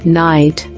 night